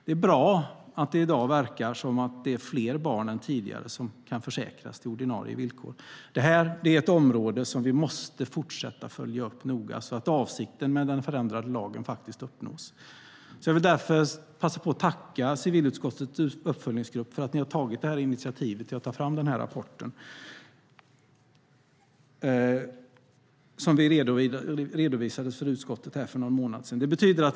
Det är bra att det i dag verkar vara fler barn än tidigare som försäkras till ordinarie villkor. Det här är ett område som vi måste fortsätta följa noga så att avsikten med den förändrade lagen uppnås. Jag vill därför passa på att tacka civilutskottets uppföljningsgrupp som tagit initiativet till den här rapporten, som redovisades för utskottet för någon månad sedan.